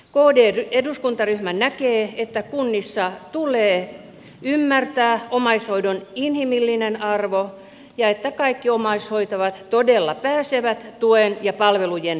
kdn eduskuntaryhmä näkee että kunnissa tulee ymmärtää omaishoidon inhimillinen arvo ja että kaikki omaishoitajat todella pääsevät tuen ja palvelujen piiriin